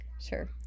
Sure